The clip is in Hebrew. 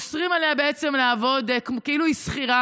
אוסרים עליה בעצם לעבוד כאילו היא שכירה.